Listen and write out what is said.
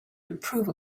improve